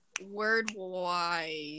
Word-wise